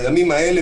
בימים האלה,